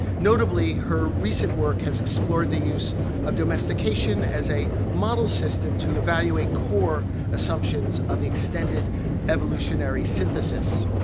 notably her recent work has explored the use of domestication as a model system to evaluate core assumptions of extended evolutionary synthesis.